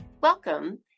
Welcome